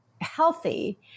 healthy